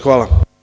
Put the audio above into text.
Hvala.